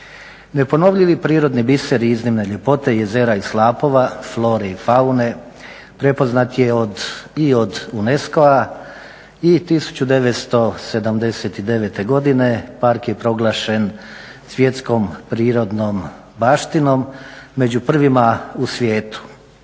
Neponovljivi prirodni biser iznimne ljepote jezera i slapova, flore i faune prepoznat je i od UNESCO-a i 1979. godine park je proglašen svjetskom prirodnom baštinom među prvima u svijetu.